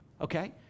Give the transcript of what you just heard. Okay